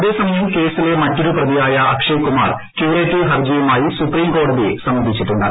അതേസമയം കേസിലെ മറ്റൊരു പ്രതിയായ അക്ഷയ് കുമാർ ക്യുറേറ്റീവ് ഹർജിയുമായി സുപ്രീം ക്ലോട്തിയെ സമീപിച്ചിട്ടുണ്ട്